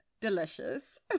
delicious